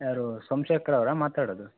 ಯಾರು ಸೋಮ್ಶೇಖರ್ ಅವ್ರಾ ಮಾತಾಡೊದು